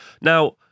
Now